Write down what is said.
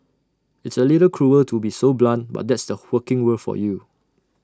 it's A little cruel to be so blunt but that's the working world for you